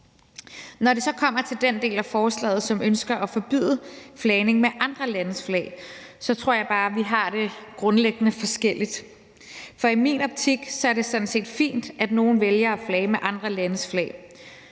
Når det så kommer til den del af forslaget, hvor man ønsker at forbyde flagning med andre landes flag, tror jeg bare, vi har det grundlæggende forskelligt. For i min optik er det sådan set fint, at nogle vælger at flage med andre landes flag.